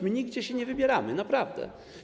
My nigdzie się nie wybieramy, naprawdę.